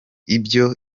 ibyo